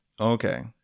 Okay